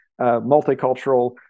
multicultural